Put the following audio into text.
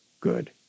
good